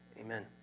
Amen